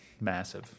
massive